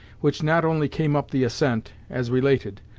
which not only came up the ascent, as related,